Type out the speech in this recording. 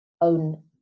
own